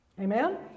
Amen